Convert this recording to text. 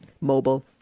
mobile